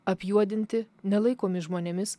apjuodinti nelaikomi žmonėmis